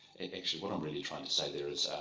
and actually, what i'm really trying to say there is,